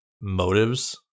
motives